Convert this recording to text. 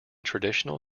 traditional